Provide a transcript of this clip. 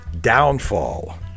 Downfall